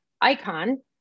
icon